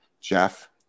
jeff